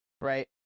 right